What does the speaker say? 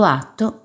atto